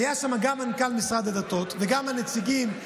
היו שם גם מנכ"ל משרד הדתות וגם הנציגים,